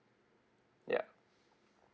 yup